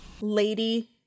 Lady